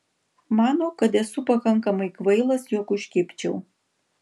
mano kad esu pakankamai kvailas jog užkibčiau